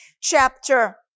chapter